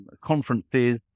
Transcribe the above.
conferences